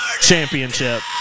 Championship